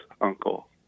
uncle